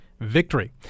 victory